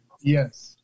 Yes